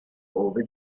ove